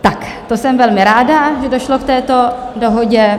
Tak to jsem velmi ráda, že došlo k této dohodě